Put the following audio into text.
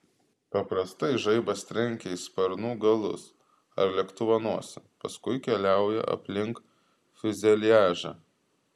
paprastai žaibas trenkia į sparnų galus ar lėktuvo nosį paskui keliauja aplink fiuzeliažą